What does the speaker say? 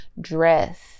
dress